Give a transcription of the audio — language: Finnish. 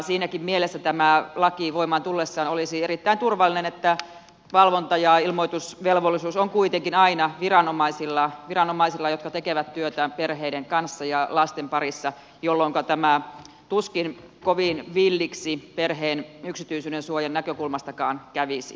siinäkin mielessä tämä laki voimaan tullessaan olisi erittäin turvallinen kun valvonta ja ilmoitusvelvollisuus on kuitenkin aina viranomaisilla viranomaisilla jotka tekevät työtään perheiden kanssa ja lasten parissa jolloinka tämä tuskin kovin villiksi perheen yksityisyydensuojan näkökulmastakaan kävisi